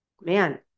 man